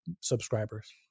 subscribers